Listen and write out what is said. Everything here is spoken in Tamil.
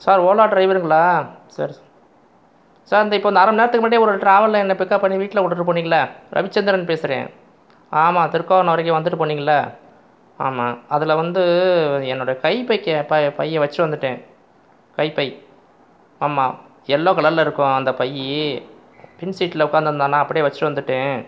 சார் ஓலா டிரைவருங்களா சரி சார் இந்த இப்போது இந்த அரை மணி நேரத்துக்கு முன்னாடி ஒரு டிராவலில் என்னை பிக்கப் பண்ணி வீட்டில் விட்டுவிட்டு போனீங்கள்லை ரவிசந்திரன் பேசுகிறேன் ஆமாம் திருக்கோணம் வரைக்கும் வந்துவிட்டு போனீங்கள்லை ஆமாம் அதில் வந்து என்னோட கை பேக்கியை பை பையை வச்சுட்டு வந்துவிட்டேன் கைப்பை ஆமாம் எல்லோ கலரில் இருக்கும் அந்த பையை பின் சீட்டில் உக்காந்துருந்தானா அப்படியே வச்சுட்டு வந்துவிட்டேன்